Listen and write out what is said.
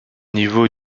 niveaux